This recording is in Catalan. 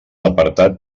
apartat